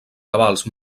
cabals